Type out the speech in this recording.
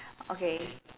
okay